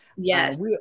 yes